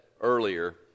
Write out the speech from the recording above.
earlier